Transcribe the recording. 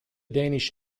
danish